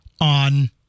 on